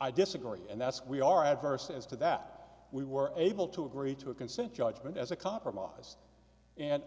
i disagree and that's we are adverse as to that we were able to agree to a consent judgment as a compromise and